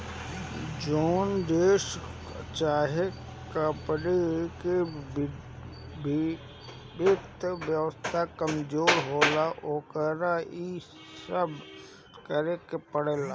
जोन देश चाहे कमपनी के वित्त व्यवस्था कमजोर होला, ओकरा इ सब करेके पड़ेला